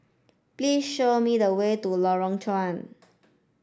please show me the way to Lorong Chuan